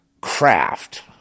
craft